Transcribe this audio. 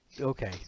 Okay